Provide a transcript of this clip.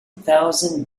thousand